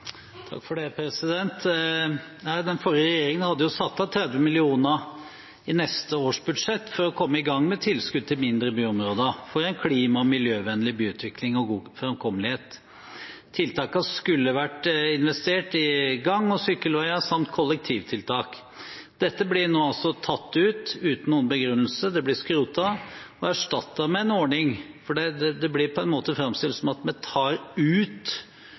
Den forrige regjeringen hadde satt av 30 mill. kr i neste års budsjett for å komme i gang med tilskudd til mindre byområder for en klima- og miljøvennlig byutvikling og god framkommelighet. Tiltakene skulle vært investert i gang- og sykkelveier samt kollektivtiltak. Dette blir nå tatt ut uten noen begrunnelse. Det blir skrotet og erstattet med en annen ordning – det blir framstilt som at en tar ut